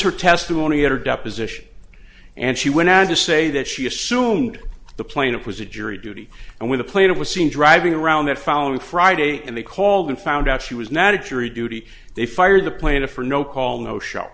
her testimony at her deposition and she went as to say that she assumed the plaintiff was a jury duty and with a plate it was seen driving around that following friday and they called and found out she was not a jury duty they fired the plaintiff or no call no show